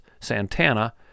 Santana